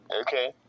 Okay